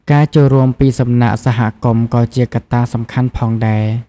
ការចូលរួមពីសំណាក់សហគមន៍ក៏ជាកត្តាសំខាន់ផងដែរ។